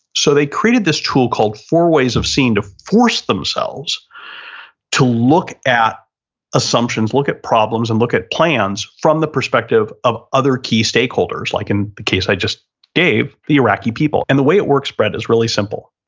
so, they created this tool called four ways of seeing to force themselves to look at assumptions, look at problems, and look at plans from the perspective of other key stakeholders like in the case i just gave, the iraqi people. and the way it works, brett, is really simple.